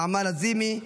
נעמה לזימי,